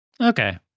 Okay